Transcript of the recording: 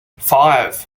five